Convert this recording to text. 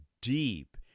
deep